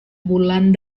bulan